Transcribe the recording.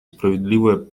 справедливое